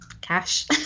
cash